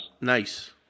Nice